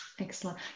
Excellent